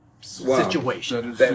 situation